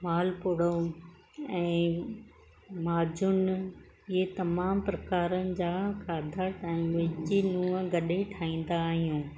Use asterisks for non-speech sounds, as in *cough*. माल पुड़ो ऐं माजून इहे तमामु प्रकारनि जा खाधा *unintelligible* मुंहिंजी नुंहुं गॾु ठाहींदा आहियूं